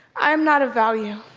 um not a value.